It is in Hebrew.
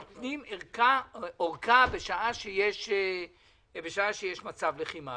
נותנים אורכה בשעה שיש מצב לחימה,